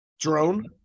drone